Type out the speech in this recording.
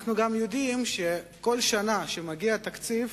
אנחנו גם יודעים שכל שנה שמגיע התקציב,